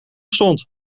stond